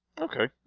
Okay